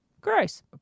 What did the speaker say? gross